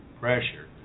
pressure